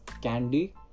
candy